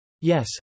Yes